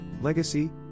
Legacy